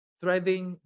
threading